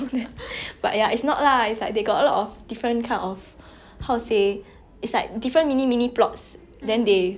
then they weave into a big story yeah I think it's very interesting cause they always show I realize chinese dramas like to show the